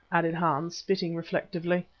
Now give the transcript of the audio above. added hans, spitting reflectively,